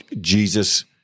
Jesus